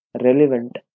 relevant